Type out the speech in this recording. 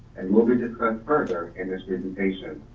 and will be discussed further in this presentation.